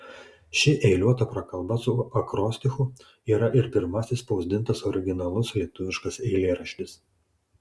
ši eiliuota prakalba su akrostichu yra ir pirmasis spausdintas originalus lietuviškas eilėraštis